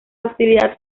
hostilidad